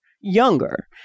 younger